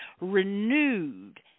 renewed